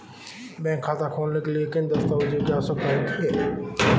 Bank खाता खोलने के लिए किन दस्तावेज़ों की आवश्यकता होती है?